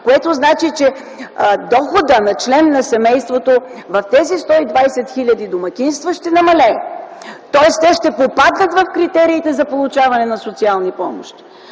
Това означава, че доходът на член на семейството в тези 120 хил. домакинства ще намалее. Следователно те ще попаднат в критериите за получаване на социални помощи.